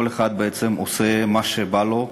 כל אחד עושה מה שבא לו,